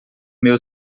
meu